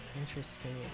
interesting